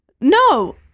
No